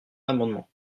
l’amendement